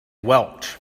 welch